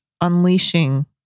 unleashing